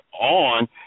on